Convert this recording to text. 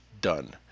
done